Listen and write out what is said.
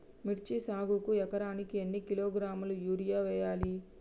మిర్చి సాగుకు ఎకరానికి ఎన్ని కిలోగ్రాముల యూరియా వేయాలి?